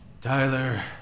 Tyler